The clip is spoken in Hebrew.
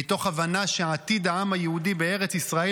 מתוך הבנה שעתיד העם היהודי בארץ ישראל